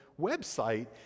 website